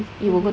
mm